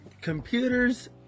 Computers